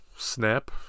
Snap